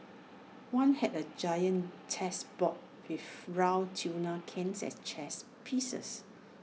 one had A giant chess board with round tuna cans as chess pieces